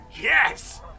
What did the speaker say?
Yes